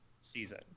season